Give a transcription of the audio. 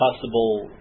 possible